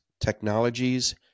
technologies